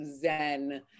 zen